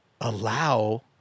allow